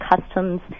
customs